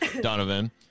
Donovan